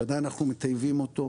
שעדיין אנחנו מטייבים אותו,